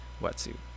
wetsuit